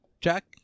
Jack